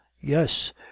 yes